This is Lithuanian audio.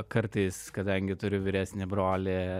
kartais kadangi turi vyresnį brolį